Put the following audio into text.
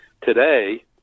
today